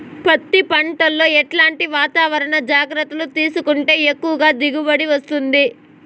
పత్తి పంట లో ఎట్లాంటి వాతావరణ జాగ్రత్తలు తీసుకుంటే ఎక్కువగా దిగుబడి వస్తుంది?